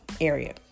area